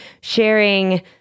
sharing